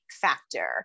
factor